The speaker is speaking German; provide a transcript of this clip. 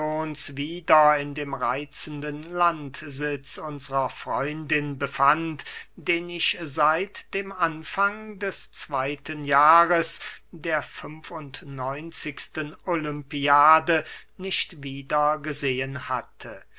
wieder in dem reitzenden landsitz unsrer freundin befand den ich seit dem anfang des zweyten jahres der fünf und neunzigsten olympiade nicht wieder gesehen hatte